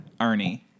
Arnie